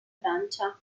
francia